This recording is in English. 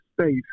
space